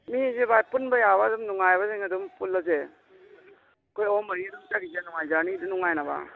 ꯃꯤꯁꯦ ꯚꯥꯏ ꯄꯨꯟꯕ ꯌꯥꯕ ꯑꯗꯨꯝ ꯅꯨꯡꯉꯥꯏꯕꯁꯤꯡ ꯑꯗꯨꯝ ꯄꯨꯜꯂꯁꯦ ꯑꯩꯈꯣꯏ ꯑꯍꯨꯝ ꯃꯔꯤ ꯑꯗꯨꯝ ꯆꯠꯈꯤꯁꯦ ꯅꯨꯡꯉꯥꯏ ꯖꯔꯅꯤꯗꯨ ꯅꯨꯡꯉꯥꯏꯅꯕ